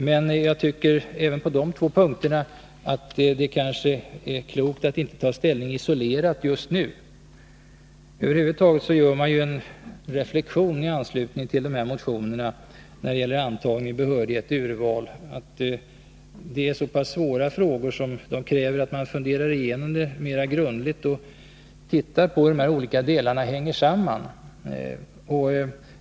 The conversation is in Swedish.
Även på dessa två punkter tycker jag att det inte är så klokt att isolerat ta ställning just nu. Tanslutning till dessa motioner gör man över huvud taget den reflexionen att frågor om antagning, behörighet och urval är så svåra att det krävs att man ordentligt funderar igenom dem och tar reda på hur de olika delarna hänger samman.